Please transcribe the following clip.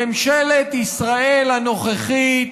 ממשלת ישראל הנוכחית